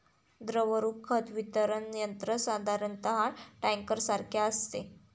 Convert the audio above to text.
द्रवरूप खत वितरण यंत्र साधारणतः टँकरसारखे असते